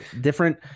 different